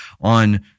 on